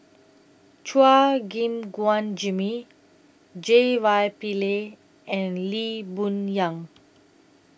Chua Gim Guan Jimmy J Y Pillay and Lee Boon Yang